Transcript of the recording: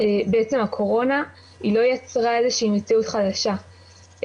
הקורונה לא יצרה איזה שהיא מציאות חדשה,